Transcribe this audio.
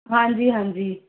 ਹਾਂਜੀ ਹਾਂਜੀ